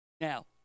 Now